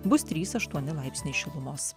bus trys aštuoni laipsniai šilumos